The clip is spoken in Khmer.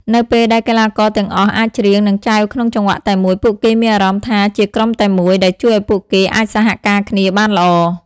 នៅពេលដែលកីឡាករទាំងអស់អាចច្រៀង និងចែវក្នុងចង្វាក់តែមួយ ពួកគេមានអារម្មណ៍ថាជាក្រុមតែមួយ ដែលជួយឲ្យពួកគេអាចសហការគ្នាបានល្អ។